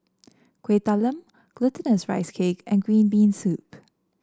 Kueh Talam Glutinous Rice Cake and Green Bean Soup